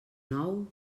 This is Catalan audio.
nou